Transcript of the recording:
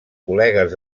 col·legues